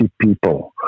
people